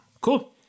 cool